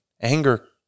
Anger